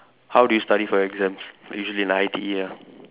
how do you study for exams usually in I_T_E ah